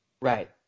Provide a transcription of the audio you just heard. Right